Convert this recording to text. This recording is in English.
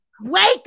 wake